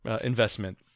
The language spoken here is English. investment